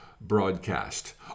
broadcast